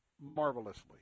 marvelously